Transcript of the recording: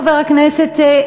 חבר הכנסת,